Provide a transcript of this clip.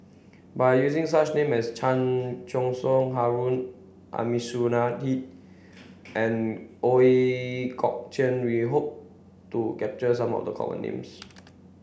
by using such names as Chan Choy Siong Harun Aminurrashid and Ooi Kok Chuen we hope to capture some of the common names